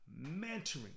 mentoring